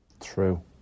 True